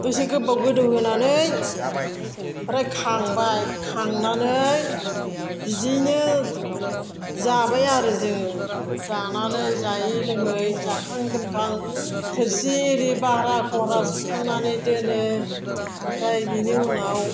दसे गोबाव गोदौ होनानै ओमफ्राय खांबाय खांनानै बिदियैनो जाबाय आरो जोङो जानानै जायै लोङै जाखां लोंखां थोरसि इरि भारा घरा सुखांनानै दोनो ओमफ्राय बिनि उनाव